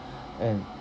and